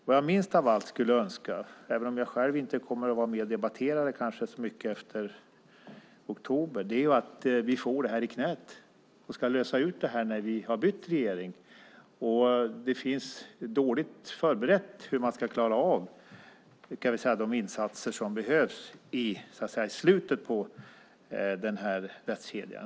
Vad jag minst av allt skulle önska, även om jag själv inte kommer att vara med och debattera så mycket efter oktober, är att vi får det här i knät och ska lösa ut det när vi har bytt regering. Det är dåligt föreberett hur man ska klara av de insatser som behövs i slutet på rättskedjan.